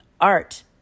art